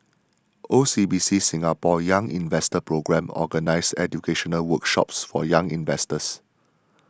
O C B C Singapore's Young Investor Programme organizes educational workshops for young investors